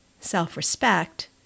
self-respect